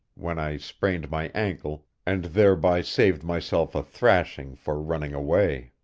when i sprained my ankle and thereby saved myself a thrashing for running away.